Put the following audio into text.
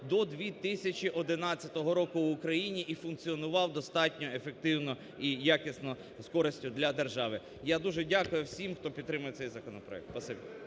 до 2011 року в Україні і функціонував достатньо ефективно і якісно, з користю для держави. Я дуже дякую всім, хто підтримає цей законопроект.